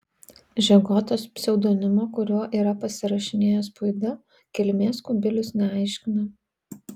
žegotos pseudonimo kuriuo yra pasirašinėjęs puida kilmės kubilius neaiškina